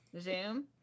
Zoom